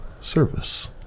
service